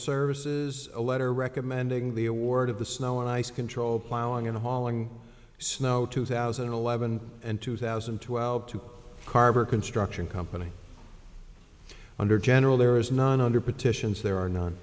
services a letter recommending the award of the snow and ice control plowing and hauling snow two thousand and eleven and two thousand and twelve to harbor construction company under general there is nine hundred petitions there are no